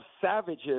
savages